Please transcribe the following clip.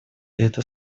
это